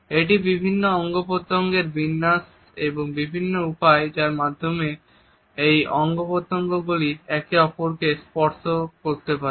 এটি বিভিন্ন অঙ্গ প্রত্যঙ্গের বিন্যাস এবং বিভিন্ন উপায় যার সাহায্যে এই অঙ্গ প্রত্যঙ্গ গুলি একে অপরকে স্পর্শ করতে পারে